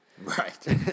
right